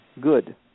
good